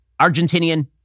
Argentinian